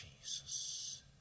Jesus